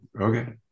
okay